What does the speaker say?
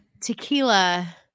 tequila